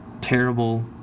terrible